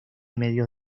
medios